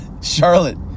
Charlotte